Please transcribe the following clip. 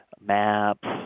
maps